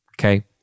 Okay